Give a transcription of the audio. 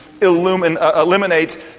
eliminate